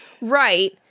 Right